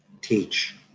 teach